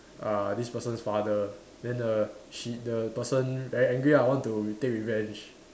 uh this person's father then the she the person very angry ah want to take revenge